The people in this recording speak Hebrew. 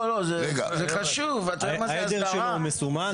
רגע, העדר שלו הוא מסומן?